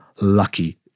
lucky